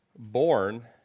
Born